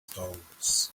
stones